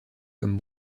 comme